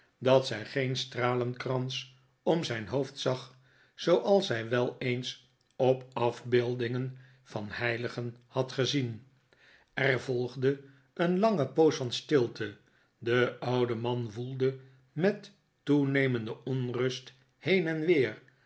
dat zij geen stralenkrans om zijn hoofd zag zooals zij wel eens op afbeeldingen van heiligen had gezien er volgde een lange poos van stilte de oude man woelde met toenemende onrust heen en weer